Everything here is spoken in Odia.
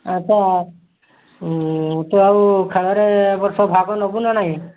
ଆଚ୍ଛା ତୁ ଆଉ ଖେଳରେ ଏ ବର୍ଷ ଭାଗ ନେବୁ ନା ନାହିଁ